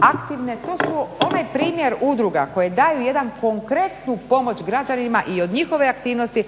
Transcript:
aktivne. To su onaj primjer udruga koje daju jedan konkretnu pomoć građanima i od njihove aktivnosti